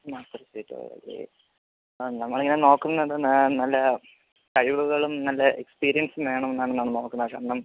ആ നമ്മൾ ഇങ്ങനെ നോക്കുന്നത് നല്ല കഴിവുകളും നല്ല എക്പീരിയൻസും വേണമെന്നാണ് നമ്മൾ നോക്കുന്നത് പക്ഷേ